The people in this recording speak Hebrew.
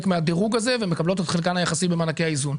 מן הדירוג הזה והן מקבלות את חלקן היחסי במענקי האיזון.